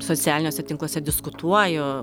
socialiniuose tinkluose diskutuoju